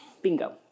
Bingo